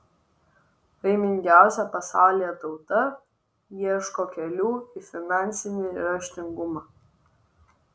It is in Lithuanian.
laimingiausia pasaulyje tauta ieško kelių į finansinį raštingumą